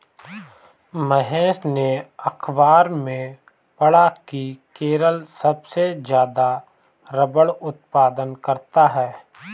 महेश ने अखबार में पढ़ा की केरल सबसे ज्यादा रबड़ उत्पादन करता है